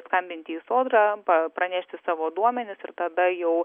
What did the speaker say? skambinti į sodrą pa pranešti savo duomenis ir tada jau